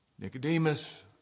Nicodemus